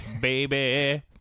baby